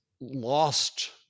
lost